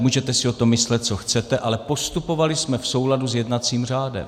Můžete si o tom myslet, co chcete, ale postupovali jsme v souladu s jednacím řádem.